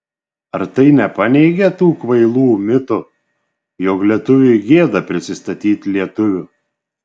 ar tai nepaneigia tų kvailų mitų jog lietuviui gėda prisistatyti lietuviu